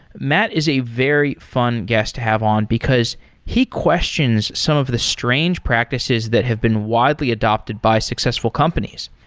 matt is a very fun guest to have on, because he questions some of the strange practices that have been widely adopted by successful companies.